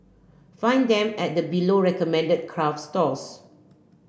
find them at the below recommended craft stores